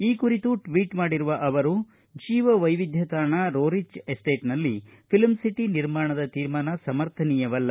ಈ ಕುರಿತು ಟ್ವೀಟ್ ಮಾಡಿರುವ ಅವರು ಜೀವ ವೈವಿಧ್ಯ ತಾಣ ರೋರಿಚ್ ಎಸ್ಟೇಟನಲ್ಲಿ ಫಿಲಂ ಸಿಟ ನಿರ್ಮಾಣದ ತೀರ್ಮಾನ ಸಮರ್ಥನೀಯವಲ್ಲ